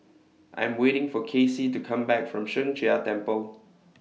I'm waiting For Kassie to Come Back from Sheng Jia Temple